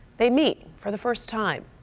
they meet for the first time.